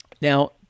Now